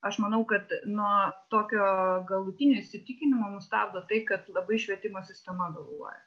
aš manau kad nuo tokio galutinio įsitikinimo mus stabdo tai kad labai švietimo sistema vėluoja